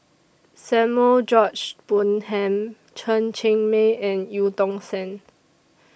Samuel George Bonham Chen Cheng Mei and EU Tong Sen